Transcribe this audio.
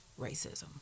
racism